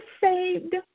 saved